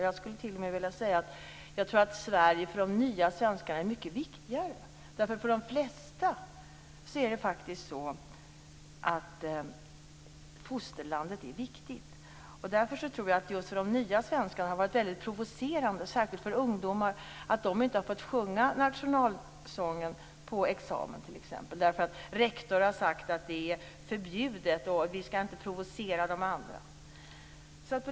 Jag skulle t.o.m. vilja säga att jag tror att Sverige är mycket viktigare för de nya svenskarna. För de flesta är fosterlandet faktiskt viktigt. Jag tror därför att det för de nya svenskarna, särskilt för ungdomar, har varit väldigt provocerande att inte få sjunga nationalsången t.ex. på examen, på grund av att rektorn har sagt att det är förbjudet och att man inte skall provocera de andra.